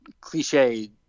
cliche